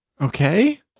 Okay